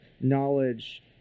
knowledge